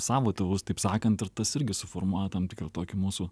savo tėvus taip sakant ir tas irgi suformuoja tam tikrą tokį mūsų